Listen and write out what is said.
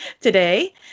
today